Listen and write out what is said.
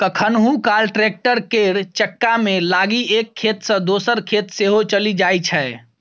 कखनहुँ काल टैक्टर केर चक्कामे लागि एक खेत सँ दोसर खेत सेहो चलि जाइ छै